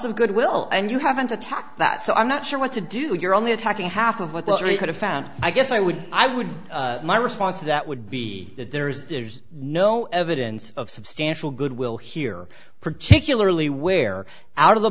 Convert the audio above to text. of good will and you haven't attacked that so i'm not sure what to do you're only attacking half of what literally could have found i guess i would i would my response to that would be that there is no evidence of substantial goodwill here particularly where out of the